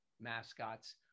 mascots